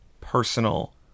personal